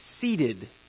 seated